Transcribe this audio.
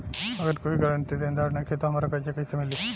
अगर कोई गारंटी देनदार नईखे त हमरा कर्जा कैसे मिली?